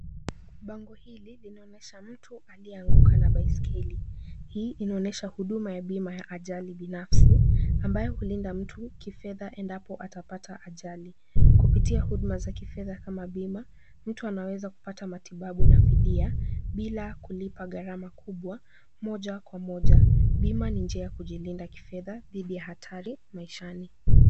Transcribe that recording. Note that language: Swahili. Bango hili linaonyesha mtu aliyeanguka na baiskeli. Hii inaonyesha huduma ya bima ya ajali binafsi ambayo hulinda mtu kifedha endapo atapata ajali. Kupitia huduma za kifedha kama bima, mtu anaweza kupata matibabu na fidia bila kulipa gharama kubwa, moja kwa moja, bima ni njia ya kujilinda kifedha dhidi ya hatari maishani.